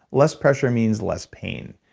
less pressure means less pain.